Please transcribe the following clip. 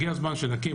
הגיע הזמן שנקים,